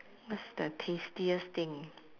what's the tastiest thing